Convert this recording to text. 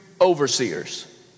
overseers